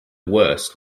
worst